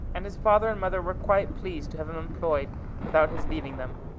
and his father and mother were quite pleased to have him employed without his leaving them.